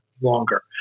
longer